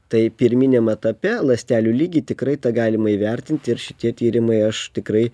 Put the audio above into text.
tai pirminiam etape ląstelių lygy tikrai tą galima įvertinti ir šitie tyrimai aš tikrai